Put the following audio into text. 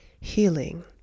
healing